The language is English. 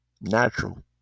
natural